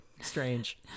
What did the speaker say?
Strange